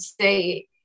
say